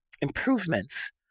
improvements